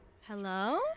Hello